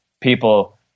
people